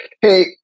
Hey